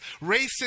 racist